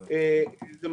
שנה זה מספיק.